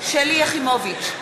שלי יחימוביץ,